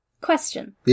Question